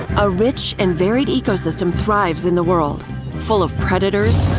a rich and varied ecosystem thrives in the world full of predators,